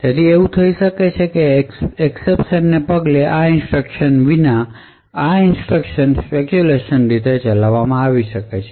તેથી એવું થઈ શકે છે કે એકસેપશન ને પગલે આ ઇન્સટ્રકશન વિના આ ઇન્સટ્રકશન સ્પેકયુલેશન રીતે ચલાવવામાં આવી શકે છે